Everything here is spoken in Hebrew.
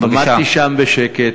עמדתי שם בשקט,